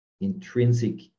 intrinsic